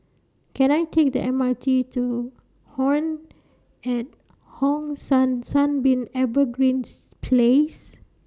Can I Take The M R T to Home At Hong San Sunbeam Evergreen's Place